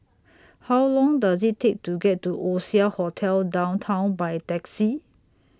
How Long Does IT Take to get to Oasia Hotel Downtown By Taxi